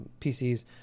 PCs